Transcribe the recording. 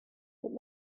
what